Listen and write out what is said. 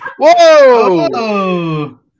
Whoa